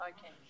Okay